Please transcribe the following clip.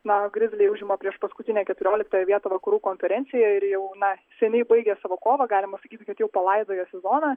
na grizliai užima priešpaskutinę keturioliktąją vietą vakarų konferencijoj ir jau na seniai baigė savo kovą galima sakyti kad jau palaidojo sezoną